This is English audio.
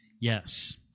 yes